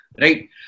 Right